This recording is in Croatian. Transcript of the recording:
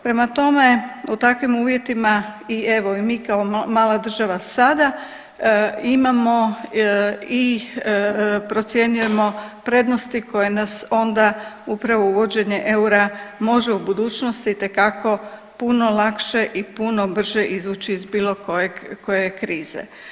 Prema tome, u takvim uvjetima evo i mi kao mala država sada imamo i procjenjujemo prednosti koje nas onda upravo uvođenje eura može u budućnosti itekako puno lakše i puno brže izvući iz bilo koje krize.